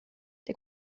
der